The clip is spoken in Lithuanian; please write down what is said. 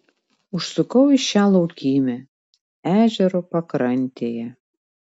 užsukau į šią laukymę ežero pakrantėje